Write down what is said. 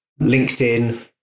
LinkedIn